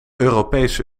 europese